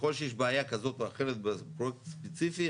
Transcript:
ככל שיש בעיה כזאת או אחרת בפרויקט ספציפי,